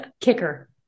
kicker